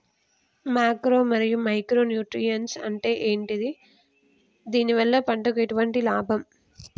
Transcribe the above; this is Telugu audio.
మాక్రో మరియు మైక్రో న్యూట్రియన్స్ అంటే ఏమిటి? దీనివల్ల పంటకు ఎటువంటి లాభం?